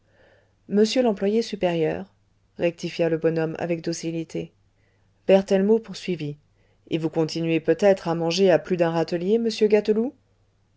monsieur l'employé supérieur rectifia le bonhomme avec docilité berthellemot poursuivit et vous continuez peut-être à manger à plus d'un râtelier monsieur